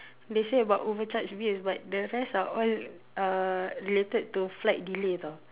they say about over charge yes but the rest are all uh related to flight delays ah